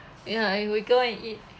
ya I will go and eat